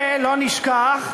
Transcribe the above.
ולא נשכח,